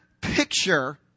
picture